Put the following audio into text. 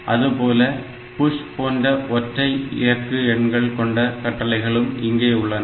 அதுபோல PUSH போன்ற ஒற்றை இயக்கு எண்கள் கொண்ட கட்டளைகளும் இங்கே உள்ளன